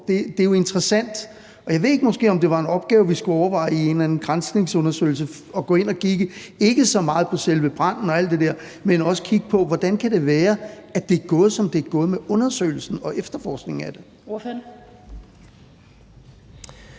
Det er jo interessant. Jeg ved ikke, om det måske var en opgave, vi skulle overveje i en eller anden granskningsundersøgelse at gå ind at kigge på – ikke så meget på selve branden og alt det der, men også kigge på, hvordan det kan være, at det er gået, som det er gået med undersøgelsen og efterforskningen af det.